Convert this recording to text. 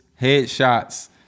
Headshots